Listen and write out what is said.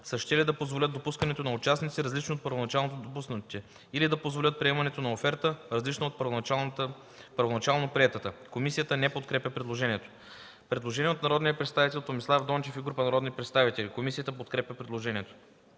щели да позволят допускането на участници, различни от първоначално допуснатите, или да позволят приемането на оферта, различна от първоначално приетата.” Комисията не подкрепя предложението. Предложение от Томислав Дончев и група народни представители. Комисията подкрепя предложението.